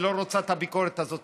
שלא רוצה את הביקורת הזאת.